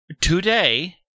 today